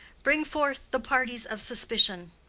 bring forth the parties of suspicion.